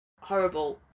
horrible